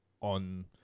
on